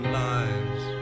lives